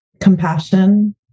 compassion